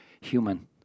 human